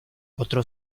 otro